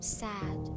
sad